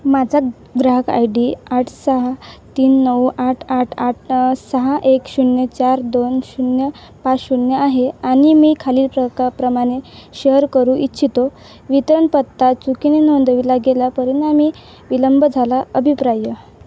माझा ग्राहक I D आठ सहा तीन नऊ आठ आठ आठ सहा एक शून्य चार दोन शून्य पाच शून्य आहे आणि मी खालील प्रका प्रमाणे शेअर करू इच्छितो वितरण पत्ता चुकीने नोंदवला गेला परिणामी विलंब झाला अभिप्राय